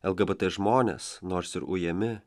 lgbt žmonės nors ir ujami